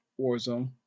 Warzone